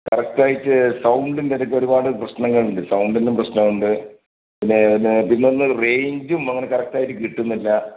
കറക്ടായിട്ട് സൗണ്ടിൻറ്റിടക്ക് ഒരുപാട് പ്രശ്നങ്ങളുണ്ട് സൗണ്ടിനും പ്രശ്നമുണ്ട് പിന്നെ പിന്നെ പിന്നൊന്ന് റേഞ്ചും അങ്ങനെ കറക്ടായിട്ട് കിട്ടുന്നില്ല